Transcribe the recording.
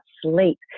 sleep